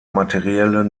materielle